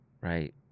right